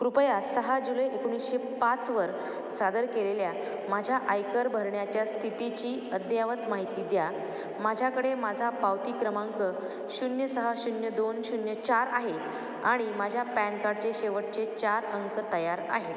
कृपया सहा जुलै एकोणीशे पाचवर सादर केलेल्या माझ्या आयकर भरण्याच्या स्थितीची अद्ययावत माहिती द्या माझ्याकडे माझा पावती क्रमांक शून्य सहा शून्य दोन शून्य चार आहे आणि माझ्या पॅन कार्डचे शेवटचे चार अंक तयार आहेत